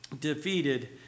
defeated